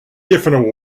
different